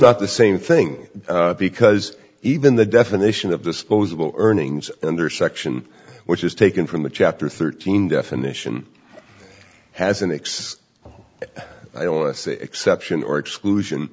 not the same thing because even the definition of disposable earnings under section which is taken from the chapter thirteen definition has an x exception or exclusion